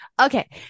Okay